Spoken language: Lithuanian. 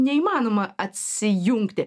neįmanoma atsijungti